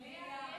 מליאה.